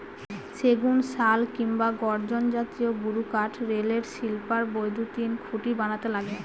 সেগুন, শাল কিংবা গর্জন জাতীয় গুরুকাঠ রেলের স্লিপার, বৈদ্যুতিন খুঁটি বানাতে লাগে